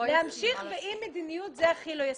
להמשיך באי-מדיניות זה הכי לא ישים.